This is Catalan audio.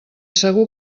segur